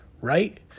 Right